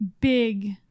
Big